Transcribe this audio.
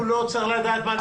הוא לא צריך לדעת מה נשאר.